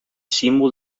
símbol